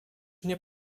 nie